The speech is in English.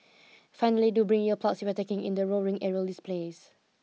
finally do bring ear plugs if you are taking in the roaring aerial displays